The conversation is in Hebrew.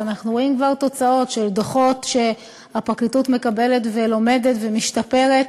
ואנחנו רואים כבר תוצאות של דוחות שהפרקליטות מקבלת ולומדת ומשתפרת,